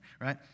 right